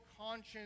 conscience